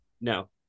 no